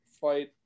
fight